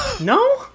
No